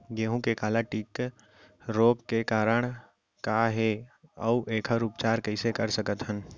गेहूँ के काला टिक रोग के कारण का हे अऊ एखर उपचार कइसे कर सकत हन?